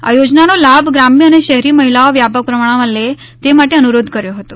આ યોજનાનો લાભ ગ્રામ્ય અને શહેરી મહિલાઓ વ્યાપક પ્રમાણમાં લે તે માટે અનુરોધ કર્યો હતો